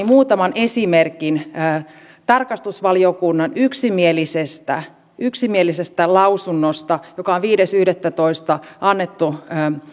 muutaman esimerkin tarkastusvaliokunnan yksimielisestä yksimielisestä lausunnosta joka on viides yhdettätoista annettu